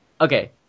Okay